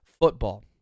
football